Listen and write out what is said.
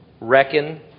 reckon